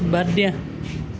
বাদ দিয়া